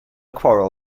quarrel